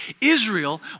Israel